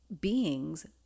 beings